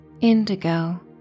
Indigo